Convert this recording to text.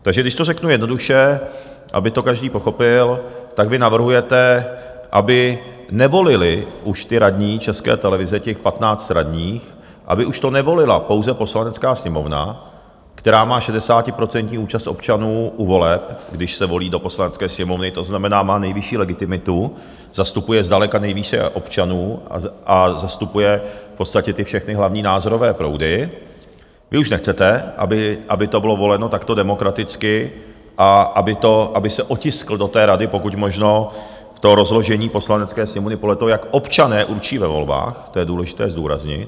Takže když to řeknu jednoduše, aby to každý pochopil, tak vy navrhujete, aby už nevolili ty radní České televize, těch 15 radních, aby už je nevolila pouze Poslanecká sněmovna, která má 60% účast občanů u voleb, když se volí do Poslanecké sněmovny, to znamená, má nejvyšší legitimitu, zastupuje zdaleka nejvíce občanů a zastupuje v podstatě ty všechny hlavní názorové proudy, vy už nechcete, aby to bylo voleno takto demokraticky a aby se otisklo do té rady pokud možno to rozložení Poslanecké sněmovny podle toho, jak občané určí ve volbách to je důležité zdůraznit.